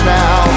now